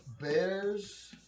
Bears